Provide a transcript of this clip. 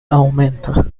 aumenta